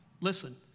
listen